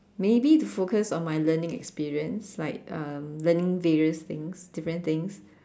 maybe to focus on my learning experience like um learning various things different things